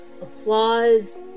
applause